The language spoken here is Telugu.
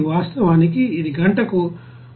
వాస్తవానికి ఇది గంటకు 173